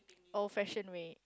old fashioned way